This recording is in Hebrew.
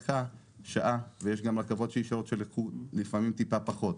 שעשתה את זה בשעה ולפעמים גם טיפה פחות.